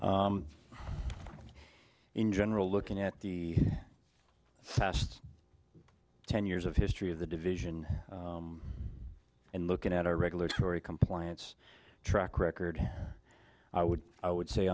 in general looking at the past ten years of history of the division and looking at our regulatory compliance track record i would i would say